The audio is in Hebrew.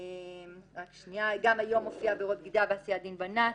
גם היום מופיע עבירות בגידה ועשיית דין בנאצים,